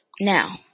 Now